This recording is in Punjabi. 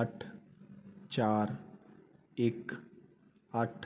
ਅੱਠ ਚਾਰ ਇੱਕ ਅੱਠ